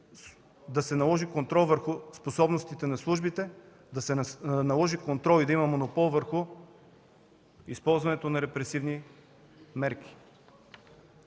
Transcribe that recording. да се наложи контрол върху способностите на службите, да се наложи контрол и да има монопол върху използването на репресивни мерки.